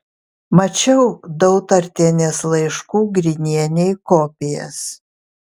mačiau dautartienės laiškų grinienei kopijas